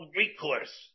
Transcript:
recourse